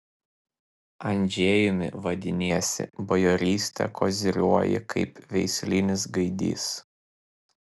andžejumi vadiniesi bajoryste koziriuoji kaip veislinis gaidys